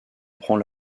prend